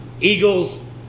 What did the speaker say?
Eagles